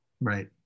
right